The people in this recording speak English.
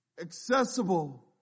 accessible